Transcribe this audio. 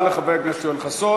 תודה רבה לחבר הכנסת יואל חסון.